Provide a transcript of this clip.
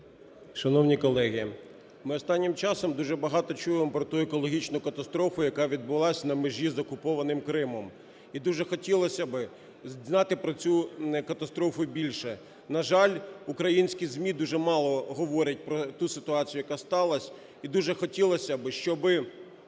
Шановні колеги, ми останнім часом дуже багато чуємо про ту екологічну катастрофу, яка відбулась на межі з окупованим Кримом. І дуже хотілося би знати про цю катастрофу більше. На жаль, українські ЗМІ дуже мало говорять про ту ситуацію, яка сталась, і дуже хотілося би, щоб